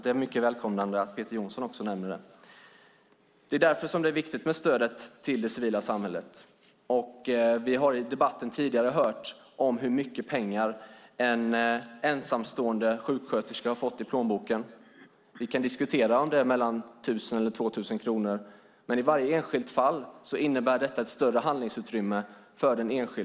Det är mycket välkomnande att Peter Johnsson också nämner detta. Det är därför det är viktigt med stödet till det civila samhället. Vi har i debatten tidigare hört om hur mycket mer pengar en ensamstående sjuksköterska har fått i plånboken. Vi kan diskutera om det är 1 000 eller 2 000 kronor. Men i varje enskilt fall innebär det ett större handlingsutrymme.